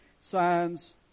Signs